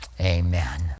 amen